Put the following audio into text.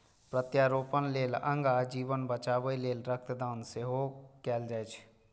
प्रत्यारोपण लेल अंग आ जीवन बचाबै लेल रक्त दान सेहो कैल जाइ छै